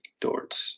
Dort